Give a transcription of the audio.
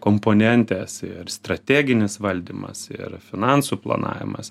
komponentės ir strateginis valdymas ir finansų planavimas